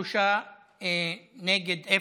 בעד, שלושה, נגד,